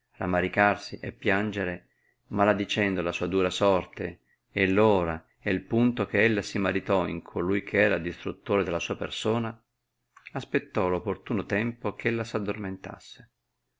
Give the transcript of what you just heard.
rammaricarsi e piangere maladicendo la sua dura sorte e l ora e punto che ella si maritò in colui che era distruttore della sua persona aspettò l'opportuno tempo che ella